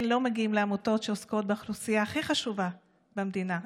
לא מגיעים לעמותות שעוסקות באוכלוסייה הכי חשובה במדינה,